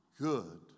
Good